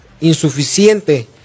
insuficiente